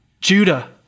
Judah